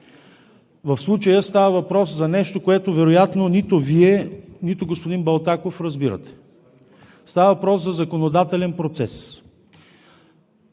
В случая става въпрос за нещо, което вероятно нито Вие, нито господин Балтаков разбирате. Става въпрос за законодателен процес.